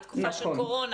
היא תקופה של קורונה,